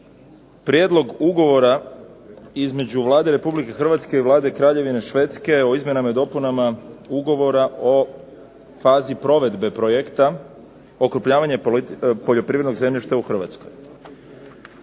Prijedlog ugovora između Vlade RH i Vlade Kraljevine Švedske o izmjenama i dopunama Ugovora o fazi provedbe projekta "Okrupnjavanje poljoprivrednog zemljišta u Hrvatskoj",